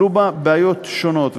עלו בה בעיות שונות,